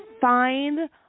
find